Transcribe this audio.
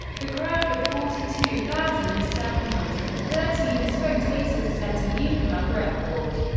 the crowd of forty two thousand seven hundred and thirteen spectators set a new club record.